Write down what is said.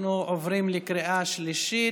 עוברים לקריאה שלישית.